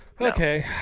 Okay